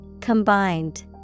Combined